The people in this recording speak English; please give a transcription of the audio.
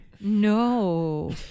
No